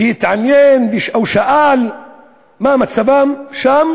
שהתעניין או שאל מה מצבם שם,